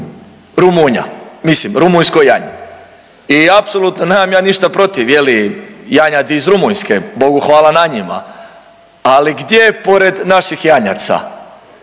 Rumunja, mislim rumunjsko janje. I apsolutno nemam ja ništa protiv je li janjadi iz Rumunjske, bogu hvala na njima. Ali gdje pored naših janjaca